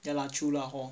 ya lah true lah hor